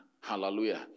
Hallelujah